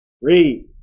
Read